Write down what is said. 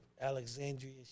Alexandria